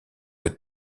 que